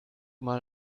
mal